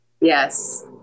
Yes